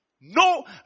No